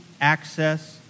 access